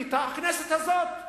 הכנסת הזאת החליטה,